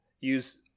use